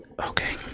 Okay